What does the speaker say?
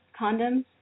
Condoms